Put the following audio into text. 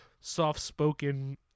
soft-spoken